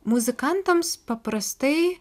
muzikantams paprastai